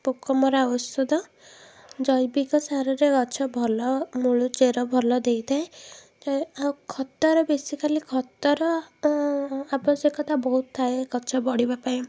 ପୋକମରା ଔଷଧ ଜୈବିକସାରରେ ଗଛ ଭଲ ମୂଳ ଚେର ଭଲ ଦେଇଥାଏ ଆଉ ଖତର ବେସିକାଲି ଖତର ଆବଶ୍ୟକତା ବହୁତ ଥାଏ ଗଛ ବଢ଼ିବାପାଇଁ